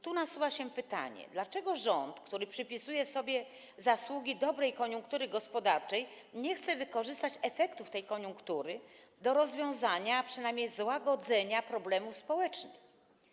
Tu nasuwa się pytanie: Dlaczego rząd, który przypisuje sobie zasługi dobrej koniunktury gospodarczej, nie chce wykorzystać efektów tej koniunktury do rozwiązania, a przynajmniej złagodzenia problemów społecznych?